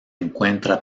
encuentra